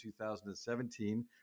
2017